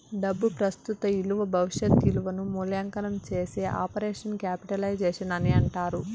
డబ్బు ప్రస్తుత ఇలువ భవిష్యత్ ఇలువను మూల్యాంకనం చేసే ఆపరేషన్ క్యాపిటలైజేషన్ అని అంటారు